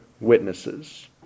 witnesses